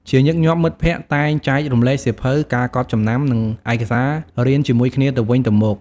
ជាញឹកញាប់ មិត្តភក្តិតែងចែករំលែកសៀវភៅ ការកត់ចំណាំ និងឯកសាររៀនជាមួយគ្នាទៅវិញទៅមក។